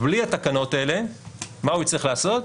בלי התקנות האלה מה הוא יצטרך לעשות?